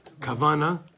Kavana